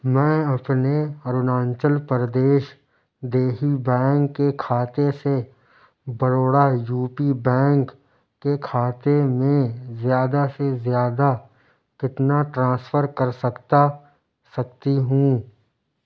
میں اپنے اروناچل پردیش دیہی بینک کے کھاتے سے بروڈا یو پی بینک کے کھاتے میں زیادہ سے زیادہ کتنا ٹرانسفر کرسکتا سکتی ہوں